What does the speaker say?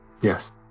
Yes